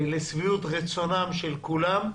לשביעות רצון כולם.